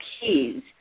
keys